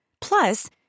Plus